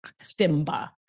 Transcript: Simba